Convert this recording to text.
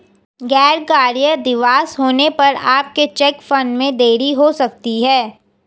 गैर कार्य दिवस होने पर आपके चेक फंड में देरी हो सकती है